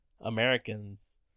Americans